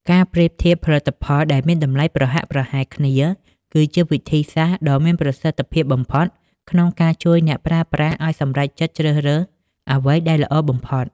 ការប្រៀបធៀបផលិតផលដែលមានតម្លៃប្រហាក់ប្រហែលគ្នា គឺជាវិធីសាស្ត្រដ៏មានប្រសិទ្ធភាពបំផុតក្នុងការជួយអ្នកប្រើប្រាស់ឱ្យសម្រេចចិត្តជ្រើសរើសអ្វីដែលល្អបំផុត។